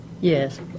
Yes